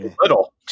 little